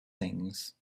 things